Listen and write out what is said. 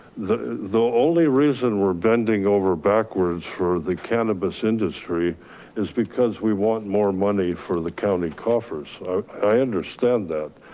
the the only reason we're bending over backwards for the cannabis industry is because we want more money for the county coffers. i understand that.